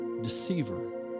Deceiver